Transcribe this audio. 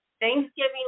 Thanksgiving